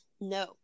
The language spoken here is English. no